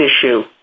issue